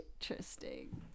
Interesting